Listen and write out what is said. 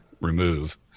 remove